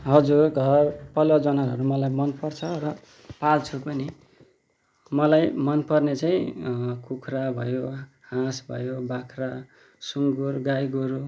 हजुर घरपालुवा जनावरहरू मलाई मनपर्छ र पाल्छु पनि मलाई मनपर्ने चाहिँ कुखुरा भयो हाँस भयो बाख्रा सुँगुर गाईगोरु